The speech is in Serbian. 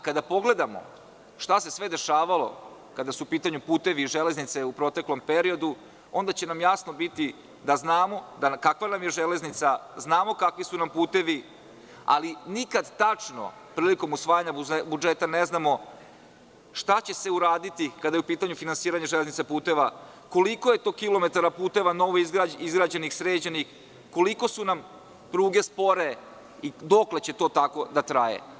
Kada pogledamo šta se sve dešavalo kada su u pitanju putevi i železnice u proteklom periodu, onda će nam jasno biti da znamo da kakva nam je železnica, znamo kakvi su nam putevi, ali nikad tačno prilikom usvajanja budžeta neznamo šta će se uraditi kada je u pitanju finansiranje železnica i puteva, koliko je to kilometara puteva novoizgrađenih, sređenih, koliko su nam pruge spore i dokle će to tako da traje.